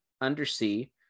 undersea